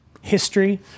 history